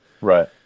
Right